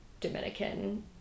dominican